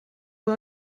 war